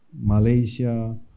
Malaysia